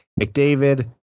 McDavid